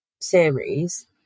series